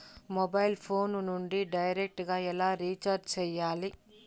mobile phone నుండి direct గా ఎలా రీచార్జి సేయాలి